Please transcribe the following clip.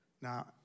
Now